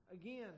again